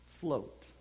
float